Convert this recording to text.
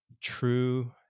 true